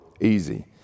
easy